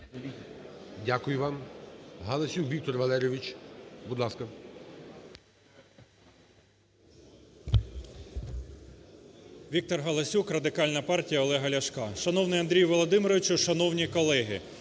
Дякую вам. Галасюк Віктор Валерійович. Будь ласка.